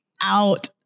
out